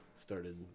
Started